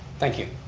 thank you.